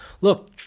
Look